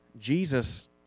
Jesus